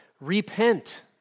repent